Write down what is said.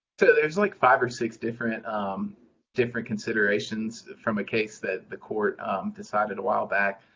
there's like five or six different um different considerations from a case that the court decided awhile back.